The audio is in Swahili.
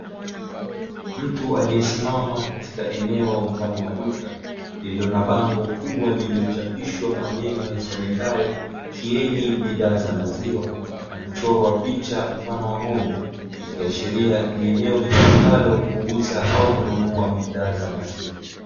Mtu aliye simama katika eneo, mfano wa duka lililo na bango kubwa, lililochapishwa maneno yasomekayo Kieni Bidhaa za Maziwa, na kuchorwa picha mfano wa ng'ombe, likiashiria ni eneo litokalo kuuza au kununua bidhaa za maziwa.